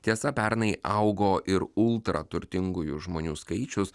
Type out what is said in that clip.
tiesa pernai augo ir ultraturtingųjų žmonių skaičius